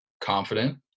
confident